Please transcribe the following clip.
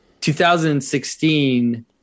2016